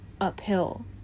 uphill